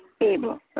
Abel